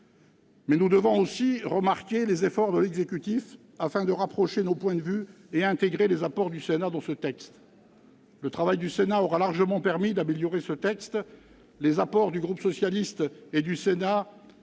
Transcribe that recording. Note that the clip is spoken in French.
Mais nous devons aussi remarquer les efforts de l'exécutif afin de rapprocher nos points de vue et intégrer les apports du Sénat dans ce texte ! Le travail de notre assemblée aura largement permis d'améliorer ce projet de loi. Les apports du groupe socialiste et du Sénat